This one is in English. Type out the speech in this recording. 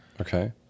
Okay